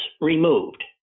removed